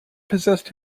possessed